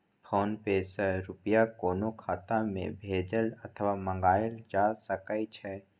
PhonePe सं रुपया कोनो खाता मे भेजल अथवा मंगाएल जा सकै छै